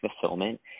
fulfillment